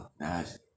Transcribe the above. Nice